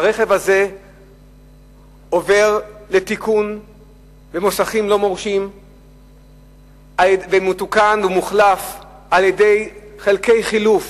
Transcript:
אבל הרכב הזה עובר לתיקון במוסכים לא מורשים ומתוקן ומוחלף בחלקי חילוף